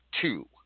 two